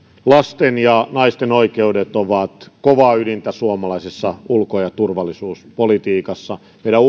lasten ja naisten oikeudet ovat kovaa ydintä suomalaisessa ulko ja turvallisuuspolitiikassa meidän